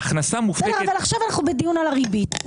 אבל עכשיו אנחנו בדיון על הריבית.